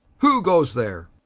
who goes there?